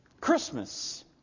Christmas